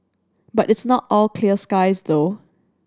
but it's not all clear skies though